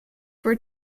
were